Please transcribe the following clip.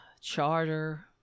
Charter